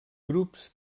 grups